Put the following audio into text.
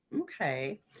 okay